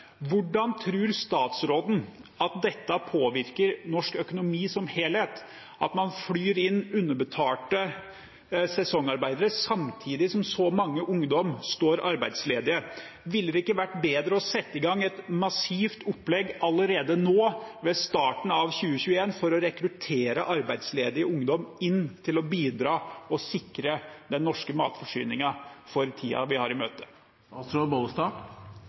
Hvordan tror statsråden at dette påvirker norsk økonomi som helhet, at man flyr inn underbetalte sesongarbeidere samtidig som så mange ungdommer står arbeidsledige? Ville det ikke ha vært bedre å sette i gang et massivt opplegg allerede nå, ved starten av 2021, for å rekruttere arbeidsledig ungdom inn til å bidra og sikre den norske